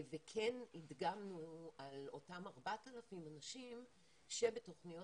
כן הדגמנו על אותם 4,000 אנשים שבתוכניות